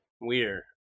weird